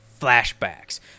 flashbacks